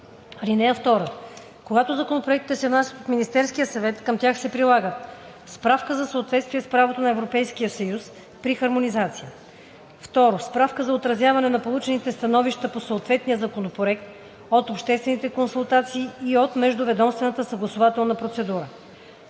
(2) Когато законопроектите се внасят от Министерския съвет, към тях се прилагат: 1. справка за съответствие с правото на Европейския съюз – при хармонизация; 2. справка за отразяване на получените становища по съответния законопроект – от обществените консултации и от междуведомствената съгласувателна процедура;